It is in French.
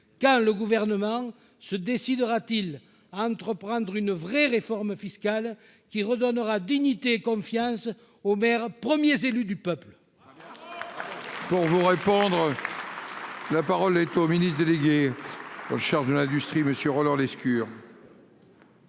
Quand le Gouvernement se décidera-t-il à entreprendre une vraie réforme fiscale, qui redonnera dignité et confiance aux maires, premiers élus du peuple ?